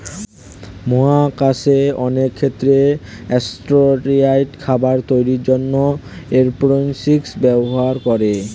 মহাকাশে অনেক ক্ষেত্রে অ্যাসট্রোনটরা খাবার তৈরির জন্যে এরওপনিক্স ব্যবহার করে